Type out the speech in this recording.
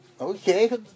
Okay